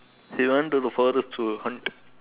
he went to the forest to hunt